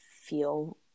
feel